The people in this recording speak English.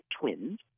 twins